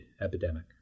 epidemic